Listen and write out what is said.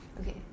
okay